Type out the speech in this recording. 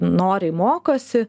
noriai mokosi